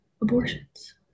abortions